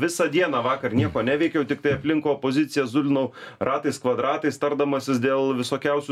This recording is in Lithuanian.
visą dieną vakar nieko neveikiau tiktai aplink opoziciją zulinau ratais kvadratais tardamasis dėl visokiausių